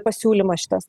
pasiūlymas šitas